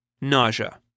nausea